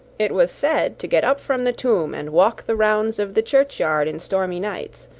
it was said to get up from the tomb and walk the rounds of the churchyard in stormy nights,